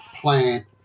plant